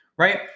Right